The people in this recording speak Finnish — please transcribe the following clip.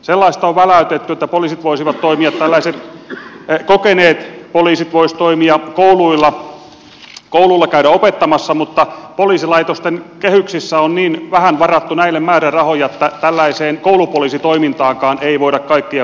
sellaista on väläytetty että tällaiset kokeneet poliisit voisivat toimia kouluilla käydä opettamassa mutta poliisilaitosten kehyksissä on niin vähän varattu tälle määrärahoja että tällaiseen koulupoliisitoimintaankaan ei voida kaikkia poliiseja kohdentaa